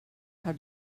how